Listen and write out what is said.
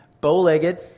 bow-legged